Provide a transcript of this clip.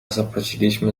zapłaciliśmy